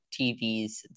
TVs